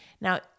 Now